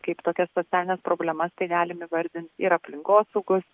kaip tokias socialines problemas tai galim įvardint ir aplinkosaugos